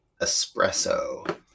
Espresso